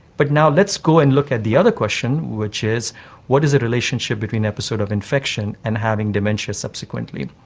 but now let's go and look at the other question which is what is the relationship between an episode of infection and having dementia subsequently?